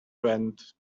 went